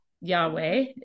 Yahweh